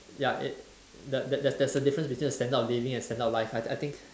ya it there there there's a difference between standard of living and standard of life I I think